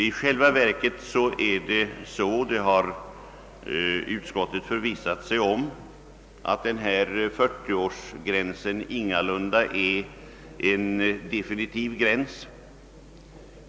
I själva verket är det så — det har utskottet förvissat sig om — att 40 årsgränsen ingalunda är en definitiv gräns.